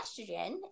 estrogen